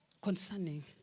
concerning